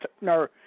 No